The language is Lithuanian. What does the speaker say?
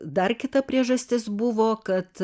dar kita priežastis buvo kad